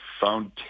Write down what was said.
found